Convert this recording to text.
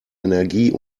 energie